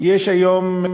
יש היום,